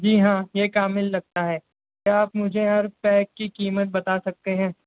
جی ہاں یہ کامل لگتا ہے کیا مجھے ہر پیک کی قیمت بتا سکتے ہیں